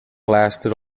lasted